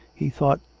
he thought.